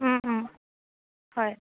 হয়